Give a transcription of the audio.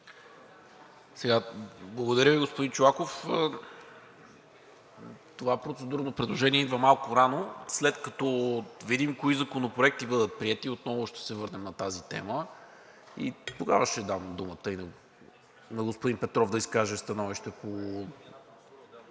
Благодаря Ви, господин Чолаков. Това процедурно предложение идва малко рано. След като видим кои законопроекти ще бъдат приети, отново ще се върнем на тази тема и тогава ще дам думата и на господин Петров да изкаже становище.